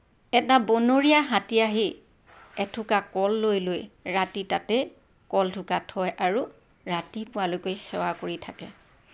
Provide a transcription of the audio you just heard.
এটা বনৰীয়া হাতী আহি এথোকা কল লৈ লৈ ৰাতি তাতে কলথোকা থয় আৰু ৰাতিপুৱালৈকে সেৱা কৰি থাকে